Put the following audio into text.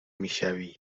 میشوی